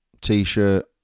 T-shirt